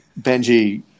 Benji